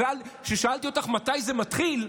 כששאלתי אותך מתי זה מתחיל,